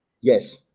Yes